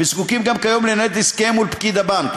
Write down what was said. וזקוקים גם כיום לנהל את עסקיהם מול פקיד הבנק.